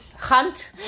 hunt